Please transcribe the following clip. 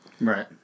right